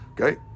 Okay